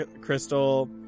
crystal